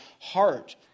heart